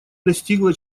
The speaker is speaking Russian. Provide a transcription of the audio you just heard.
достигло